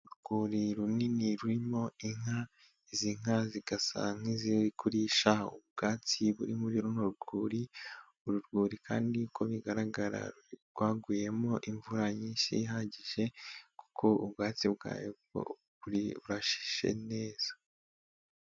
Urwuri runini rurimo inka, izi nka zigasa nk'iziri kurisha ubwatsi buri muri uru rwuri kandi ko rwaguyemo imvura nyinshi ihagije kuko ubwatsi bwayo bwo burasa neza.